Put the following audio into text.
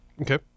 Okay